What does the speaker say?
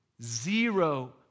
Zero